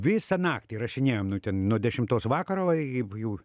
visą naktį įrašinėjom nu ten nuo dešimtos vakaro į jau